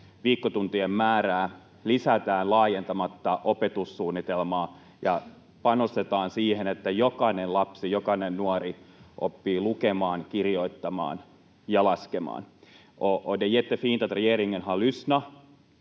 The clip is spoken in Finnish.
viikkotuntien määrää lisätään laajentamatta opetussuunnitelmaa ja panostetaan siihen, että jokainen lapsi, jokainen nuori oppii lukemaan, kirjoittamaan ja laskemaan. Det är jättefint att regeringen